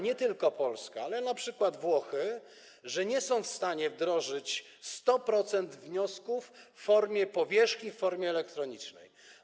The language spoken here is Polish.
Nie tylko Polska, ale np. Włochy nie są w stanie wdrożyć 100% wniosków w formie powierzchni, w formie elektronicznej.